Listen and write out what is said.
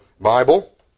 Bible